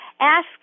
ask